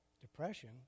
depression